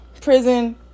prison